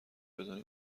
بدون